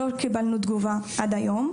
לא קיבלנו תגובה עד היום.